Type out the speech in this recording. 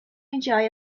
enjoy